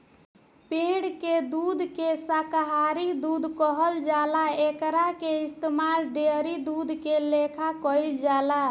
पेड़ के दूध के शाकाहारी दूध कहल जाला एकरा के इस्तमाल डेयरी दूध के लेखा कईल जाला